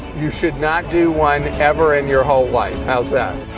you should not do one ever in your whole life. how's that?